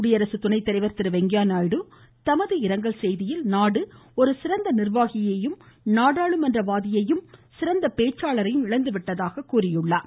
குடியரசுத்துணைத்தலைவர் திருவெங்கையா நாயுடு தமது இரங்கல் செய்தியில் நாடு ஒருசிறந்த நிர்வாகியையும் நாடாளுமன்ற வாதியையும் ஒரு சிறந்த பேச்சாளரையும் இழந்துவிட்டதாக குறிப்பிட்டார்